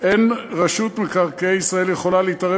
אין רשות מקרקעי ישראל יכולה להתערב